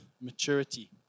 maturity